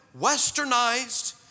westernized